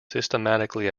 systematically